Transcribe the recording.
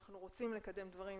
אנחנו רוצים לקדם דברים,